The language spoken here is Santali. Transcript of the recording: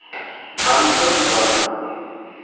ᱟᱢ ᱦᱚᱸᱢ ᱦᱚᱲ ᱠᱟᱱᱟ